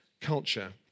Culture